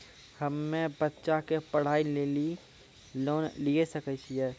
हम्मे बच्चा के पढ़ाई लेली लोन लिये सकय छियै?